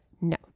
No